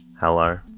Hello